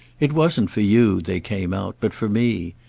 it wasn't for you they came out, but for me.